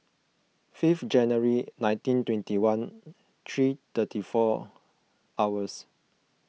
fifth January nineteen twenty one three thirty four hours